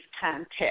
context